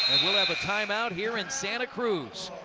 have a time-out here in santa cruz.